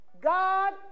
God